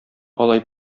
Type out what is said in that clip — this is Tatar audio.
алай